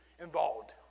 involved